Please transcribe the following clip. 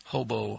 Hobo